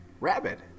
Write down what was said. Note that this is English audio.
Rabbit